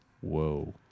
Whoa